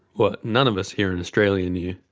what none of us here in australian knew,